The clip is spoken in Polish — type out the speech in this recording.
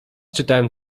czytałem